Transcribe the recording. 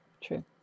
true